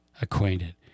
acquainted